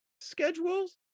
schedules